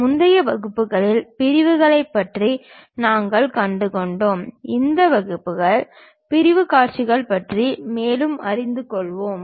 முந்தைய வகுப்புகளில் பிரிவுகளைப் பற்றி நாங்கள் கற்றுக்கொண்டோம் இந்த வகுப்பில் பிரிவுக் காட்சிகள் பற்றி மேலும் அறிந்து கொள்வோம்